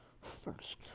first